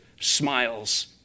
smiles